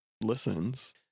listens